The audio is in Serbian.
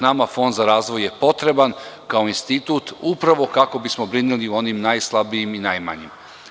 Nama je Fond za razvoj potreban, kao institut, kako bismo brinuli o onim najslabijim i najmanjim.